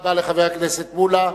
רבה לחבר הכנסת מולה.